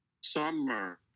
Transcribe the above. summer